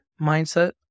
mindset